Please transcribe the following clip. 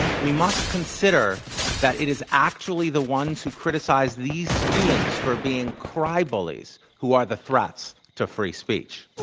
we must consider that it is actually the ones who criticize these students for being cry bullies who are the threats to free speech.